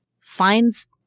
finds